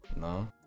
No